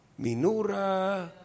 minura